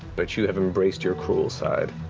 but you have embraced your cruel side.